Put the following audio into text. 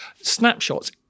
snapshots